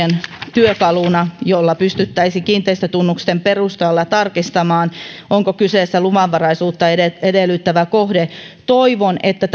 työkaluna jolla pystyttäisiin kiinteistötunnusten perusteella tarkistamaan onko kyseessä luvanvaraisuutta edellyttävä kohde niin toivon että